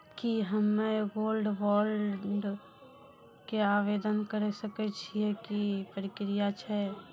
की हम्मय gold bond के आवदेन करे सकय छियै, की प्रक्रिया छै?